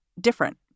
different